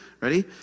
Ready